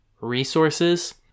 resources